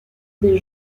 des